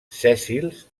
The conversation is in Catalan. sèssils